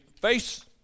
face